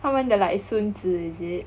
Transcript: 他们的 like 孙子 is it